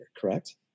correct